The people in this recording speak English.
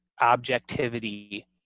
objectivity